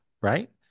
right